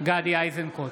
גדי איזנקוט,